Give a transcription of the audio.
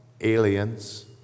aliens